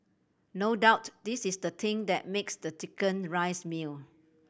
no doubt this is the thing that makes the chicken rice meal